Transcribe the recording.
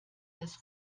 das